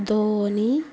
Dhoni